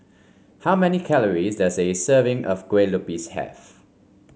how many calories does a serving of Kue Lupis have